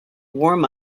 warm